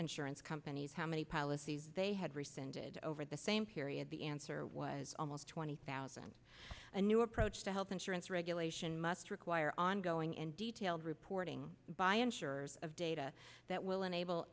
insurance companies how many policies they had rescinded over the same period the answer was almost twenty thousand new approach to health insurance regulation must require ongoing and detailed reporting by insurers of data that will enable